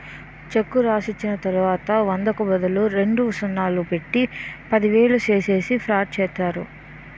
చెక్కు రాసిచ్చిన తర్వాత వందకు బదులు రెండు సున్నాలు పెట్టి పదివేలు చేసేసి ఫ్రాడ్ చేస్తారు